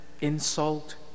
insult